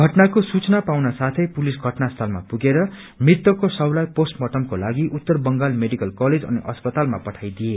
घटनाको सूचना पाउन साथै पुलिस घटनास्थ्लमा पुगेर मृतको शवलाई पोस्टमार्टमकोलागि उत्तर बंगाल मेडिकल कलेज अनि अस्पताल पठाइ दिए